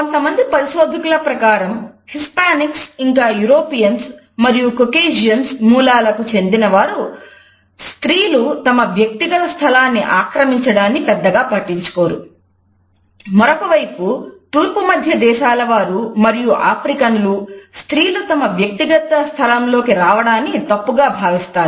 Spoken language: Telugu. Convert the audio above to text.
కొంతమంది పరిశోధకుల ప్రకారం హిస్పానిక్స్ స్త్రీలు తమ వ్యక్తిగత స్థలంలోకి రావడాన్ని తప్పుగా భావిస్తారు